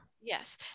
yes